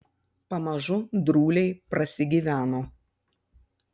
pamažu drūliai prasigyveno